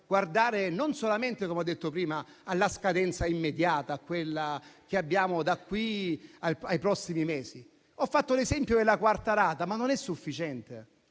guardare non solamente alla scadenza immediata, che abbiamo da qui ai prossimi mesi. Ho fatto l'esempio della quarta rata, ma non è sufficiente.